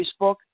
Facebook